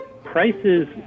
prices